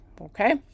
Okay